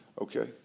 Okay